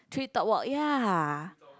treetop walk ya